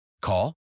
Call